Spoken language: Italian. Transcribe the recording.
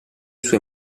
sue